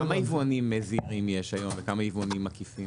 כמה יבואנים זעירים יש היום וכמה יבואנים עקיפים?